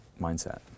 mindset